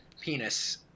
penis